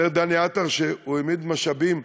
אומר דני עטר שהוא העמיד משאבים,